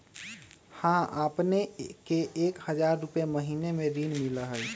हां अपने के एक हजार रु महीने में ऋण मिलहई?